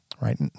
right